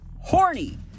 horny